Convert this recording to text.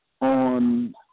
on